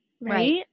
Right